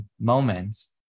moments